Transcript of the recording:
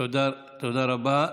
תודה רבה.